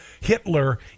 Hitler